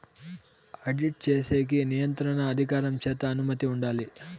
audit చేసేకి నియంత్రణ అధికారం చేత అనుమతి ఉండాలి